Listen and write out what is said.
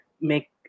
make